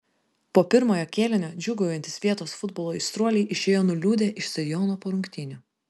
po pirmojo kėlinio džiūgaujantys vietos futbolo aistruoliai išėjo nuliūdę iš stadiono po rungtynių